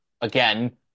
again